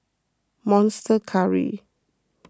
Monster Curry